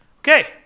Okay